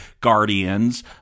Guardians